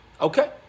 Okay